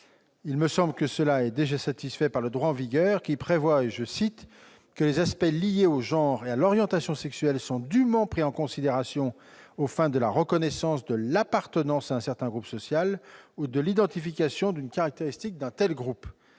conséquent d'ores et déjà satisfait par le droit en vigueur, qui prévoit que « les aspects liés au genre et à l'orientation sexuelle sont dûment pris en considération aux fins de la reconnaissance de l'appartenance à un certain groupe social ou de l'identification d'une caractéristique d'un tel groupe ».